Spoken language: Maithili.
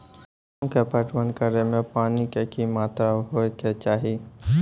गेहूँ के पटवन करै मे पानी के कि मात्रा होय केचाही?